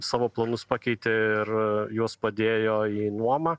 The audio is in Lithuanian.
savo planus pakeitė ir a jos padėjo į nuomą